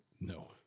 No